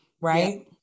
Right